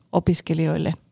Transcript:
opiskelijoille